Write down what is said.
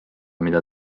mida